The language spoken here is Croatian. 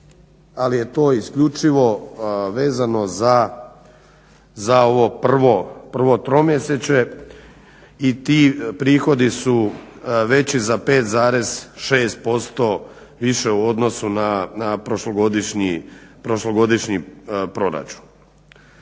ali je to isključivo vezano za ovo prvo tromjesečje i ti prihodi su veći za 5,6% više u odnosu na prošlogodišnji proračun.